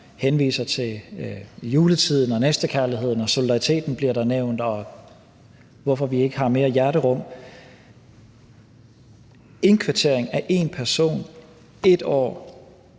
henviser til juletiden og næstekærligheden og solidariteten, som der bliver nævnt – og hvorfor har vi ikke mere hjerterum? Indkvartering af en person i 1 år